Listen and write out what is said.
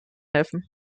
helfen